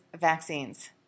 vaccines